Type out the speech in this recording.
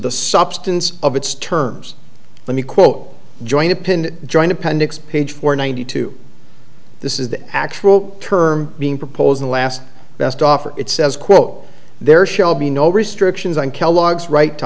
the substance of its terms let me quote join a pin join appendix page four ninety two this is the actual term being proposed last best offer it says quote there shall be no restrictions on kellogg's right to